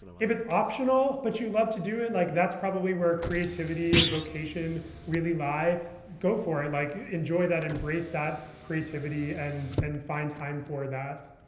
if it's optional, but you love to do it like that's probably where creativity and vocation really lie go for it. like enjoy that. embrace that creativity. and and find time for that.